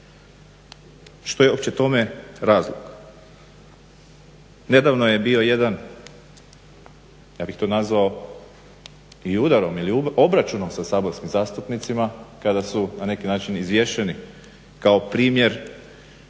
Što je uopće tome razlog? Nedavno je bio jedan ja bih to nazvao i udarom ili obračunom sa saborskim zastupnicima kada su na neki način izvješeni kao primjer